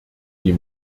die